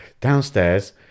downstairs